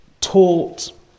taught